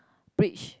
bridge